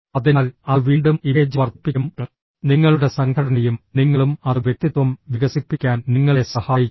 അതിനാൽ അത് വീണ്ടും ഇമേജ് വർദ്ധിപ്പിക്കും നിങ്ങളുടെ സംഘടനയും നിങ്ങളും അത് വ്യക്തിത്വം വികസിപ്പിക്കാൻ നിങ്ങളെ സഹായിക്കും